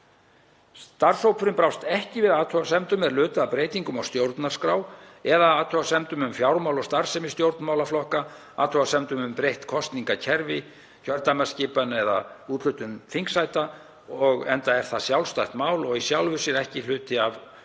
Starfshópurinn brást ekki við athugasemdum er lutu að breytingum á stjórnarskrá eða athugasemdum um fjármál og starfsemi stjórnmálaflokka, athugasemdum um breytt kosningakerfi, kjördæmaskipan eða úthlutun þingsæta enda er það sjálfstætt mál og í sjálfu sér ekki hluti af